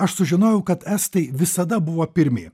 aš sužinojau kad estai visada buvo pirmi